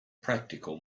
practical